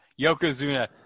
Yokozuna